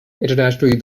internationally